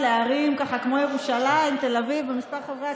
לערים כמו ירושלים ותל אביב במספר חברי הכנסת.